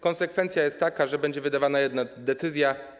Konsekwencja jest taka, że będzie wydawana jedna decyzja.